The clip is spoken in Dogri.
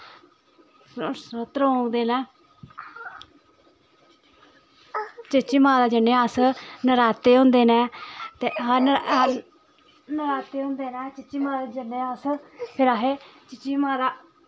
त्रौंकदे न चीची माता जन्ने अस नराते होंदे न ते नराते होंदे न चीची माता जन्ने अस फिर असें चीची माता